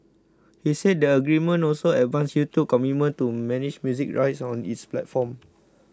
he said the agreement also advanced YouTube's commitment to manage music rights on its platform